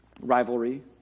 Rivalry